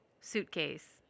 suitcase